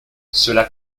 cela